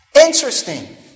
Interesting